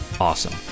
Awesome